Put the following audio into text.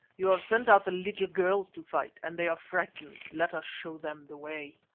you have sent out the little girls to fight, and they are frightened. let us show them the way.